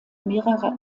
mehrere